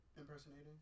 impersonating